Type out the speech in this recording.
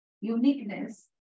uniqueness